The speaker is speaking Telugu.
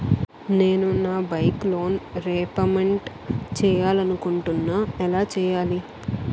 నేను నా బైక్ లోన్ రేపమెంట్ చేయాలనుకుంటున్నా ఎలా చేయాలి?